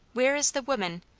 where is the woman,